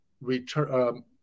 return